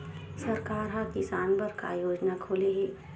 सरकार ह किसान बर का योजना खोले हे?